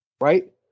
right